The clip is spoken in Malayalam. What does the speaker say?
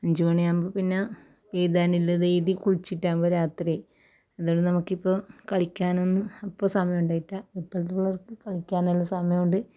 അഞ്ച് മണി ആവുമ്പോൾ പിന്നെ എഴുതാനുള്ളത് എഴുതി കുളിച്ചിട്ട് ആവുമ്പോൾ രാത്രി ആയി അതുകൊണ്ട് നമുക്കിപ്പോൾ കളിക്കാനൊന്നും അപ്പോൾ സമയം ഉണ്ടായിറ്റ ഇപ്പളത്തെ പിള്ളേർക്ക് കളിക്കാനെല്ലാം സമയമുണ്ട്